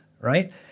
right